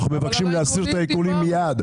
אנחנו מבקשים להסיר את העיקולים מייד.